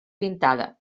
pintada